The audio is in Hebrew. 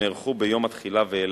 שנערכו ביום התחילה ואילך.